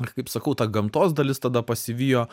kaip sakau ta gamtos dalis tada pasivijo